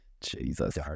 Jesus